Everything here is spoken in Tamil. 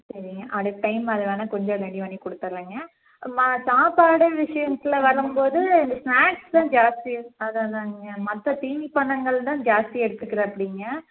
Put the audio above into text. சரிங்க அடுத்த டைம் வேணால் கொஞ்சம் ரெடி பண்ணி கொடுத்துர்றேங்க ம சாப்பாடு விஷயம்த்துல வரும்போது அந்த ஸ்னாக்ஸ் தான் ஜாஸ்தியாக அதுதான் அதுதாங்க மற்ற தீனி பண்டங்கள் தான் ஜாஸ்தி எடுத்துக்கிறாப்பிடிங்க